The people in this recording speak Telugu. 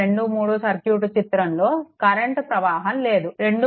23 సర్క్యూట్ చిత్రంలో కరెంట్ ప్రవాహం లేదు 2